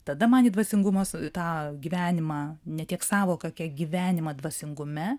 tada man į dvasingumo tą gyvenimą ne tiek sąvoka kiek gyvenimą dvasingume